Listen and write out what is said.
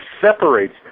separates